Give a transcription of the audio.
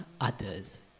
others